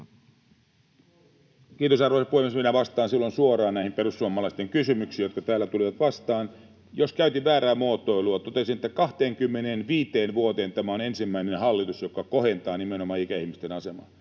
Kiitos, arvoisa puhemies! Vastaan silloin suoraan näihin perussuomalaisten kysymyksiin, jotka täällä tulivat vastaan, jos käytin väärää muotoilua. Totesin, että 25 vuoteen tämä on ensimmäinen hallitus, joka kohentaa nimenomaan ikäihmisten asemaa.